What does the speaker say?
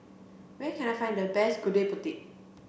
where can I find the best Gudeg Putih